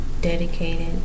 dedicated